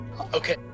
Okay